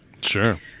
Sure